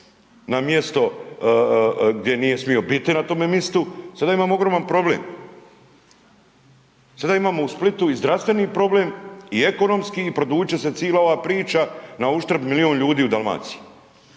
na mjesto gdje nije smio biti na tome mistu, sada imamo ogroman problem. Sada imamo u Splitu i zdravstveni problem i ekonomski i produžit će se cila ova priča na uštrb milion ljudi u Dalmaciji.